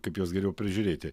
kaip juos geriau prižiūrėti